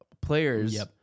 players